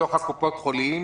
בתוך קופות החולים.